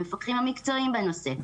המפקחים המקצועיים בנושא.